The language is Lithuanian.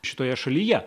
šitoje šalyje